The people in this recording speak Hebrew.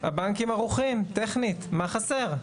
הבנקים ערוכים טכנית, מה חסר?